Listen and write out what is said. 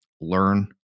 learn